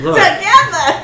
together